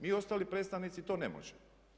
Mi ostali predstavnici to ne možemo.